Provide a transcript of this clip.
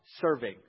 serving